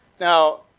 Now